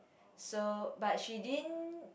so but she didn't